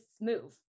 move